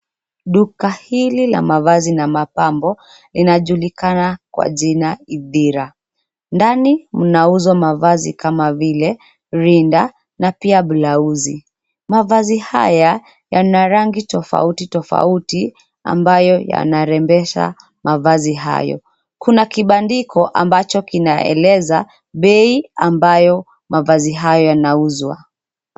Duka hili la mavazi na mapambo inajulikana kwa jina Ithira. Ndani mnauzwa mavazi kama vile rinda na pia blauzi. Mavazi haya yana rangi tofauti tofauti ambayo yanarembesha mavazi hayo. Kuna kibandiko ambacho kinaeleza bei ambayo mavazi hayo yanauzwa.